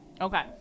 okay